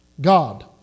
God